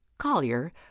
Collier